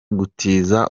gutiza